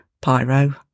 pyro